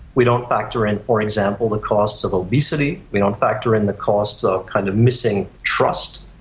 we don't factor in for example the costs of obesity, we don't factor in the costs of kind of missing trust,